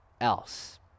else